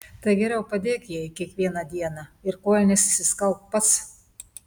tai geriau padėk jai kiekvieną dieną ir kojines išsiskalbk pats